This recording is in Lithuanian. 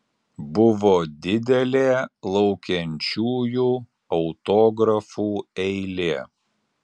buvo didelė laukiančiųjų autografų eilė